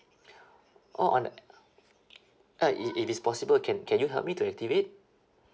orh on the uh i~ if it's possible can can you help me to activate